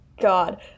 God